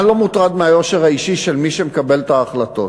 אני לא מוטרד מהיושר האישי של מי שמקבל את ההחלטות.